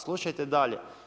Slušajte dalje.